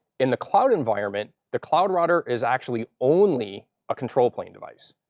in the cloud environment, the cloud router is actually only a control point device.